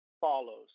follows